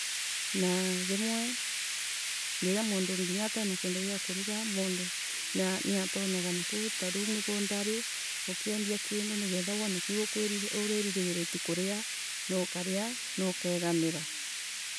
Naa rimwe riria mundu nginya atainakindu gia kuruga mundu niatonyaga nakuu tariu mgundari, ukiendagia kindu nigetha wone kiuureriritie kuria na ukaria na ukeganira.